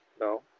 no